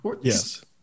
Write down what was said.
Yes